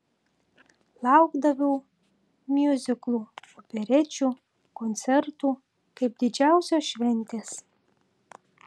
laukdavau miuziklų operečių koncertų kaip didžiausios šventės